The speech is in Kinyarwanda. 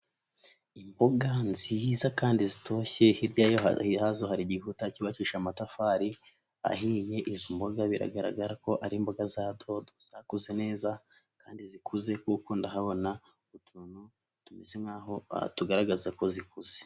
Imboga nziza kandi zitoshye, hirya yazo hari igihuta cyubakisha amatafari ahiye, izo mboga biragaragara ko ari imboga za dodo zakuze neza kandi zikuze, kuko ndahabona utuntu tumeze nk'aho tugaragaza ko zikuze.